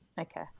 okay